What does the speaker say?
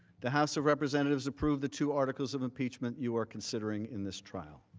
the house of representatives approved the two articles of impeachment you're considering in this trial.